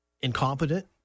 incompetent